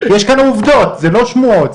יש כאן עובדות, לא שמועות.